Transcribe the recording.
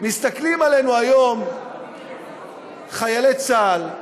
מסתכלים עלינו היום חיילי צה"ל,